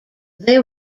they